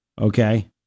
Okay